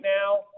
now